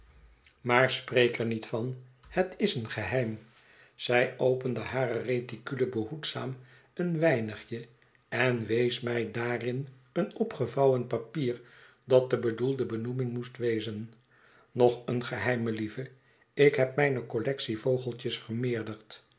maar spreek er niet van het is een geheim zij opende hare reticule behoedzaam een weinigje en wees mij daarin een opgevouwen papier dat de bedoelde benoeming moest wezen nog een geheim melieve ik heb mijne collectie vogeltjes